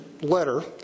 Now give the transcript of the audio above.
letter